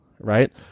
right